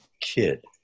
kid